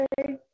Okay